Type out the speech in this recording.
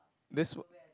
that's